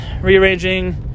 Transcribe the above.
rearranging